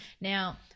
now